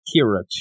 Kira